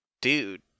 dude